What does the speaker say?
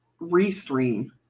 Restream